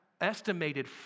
estimated